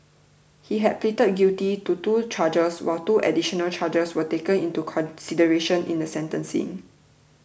he had pleaded guilty to two charges while two additional charges were taken into consideration in the sentencing